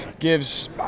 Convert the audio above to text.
gives